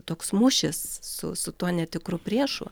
toks mūšis su su tuo netikru priešu